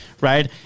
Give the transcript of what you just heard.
right